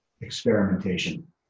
experimentation